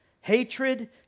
Hatred